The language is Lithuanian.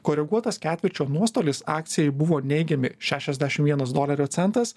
koreguotas ketvirčio nuostolis akcijai buvo neigiami šešiasdešim vienas dolerio centas